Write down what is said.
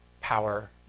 power